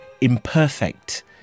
imperfect